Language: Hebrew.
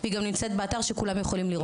אבל היא גם נמצאת באתר וכולם יכולים לראות.